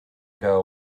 girl